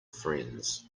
friends